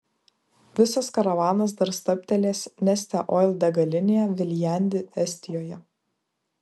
visas karavanas dar stabtelės neste oil degalinėje viljandi estijoje